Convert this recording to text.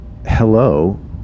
hello